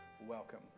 welcome